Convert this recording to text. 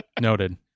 Noted